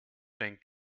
zijn